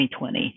2020